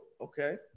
Okay